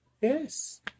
Yes